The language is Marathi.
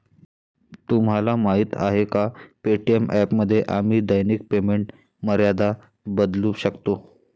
तुम्हाला माहीत आहे का पे.टी.एम ॲपमध्ये आम्ही दैनिक पेमेंट मर्यादा बदलू शकतो?